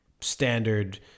standard